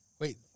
Wait